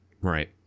Right